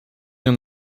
nią